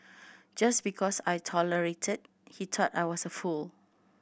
just because I tolerated he thought I was a fool